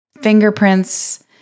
fingerprints